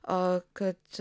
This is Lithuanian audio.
a kad